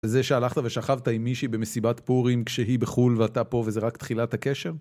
וזה שהלכת ושכבת עם מישהי במסיבת פורים כשהיא בחו"ל ואתה פה וזה רק תחילת הקשר?